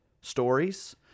stories